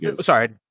Sorry